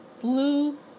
blue